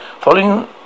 following